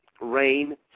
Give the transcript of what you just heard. rain